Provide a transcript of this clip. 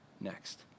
next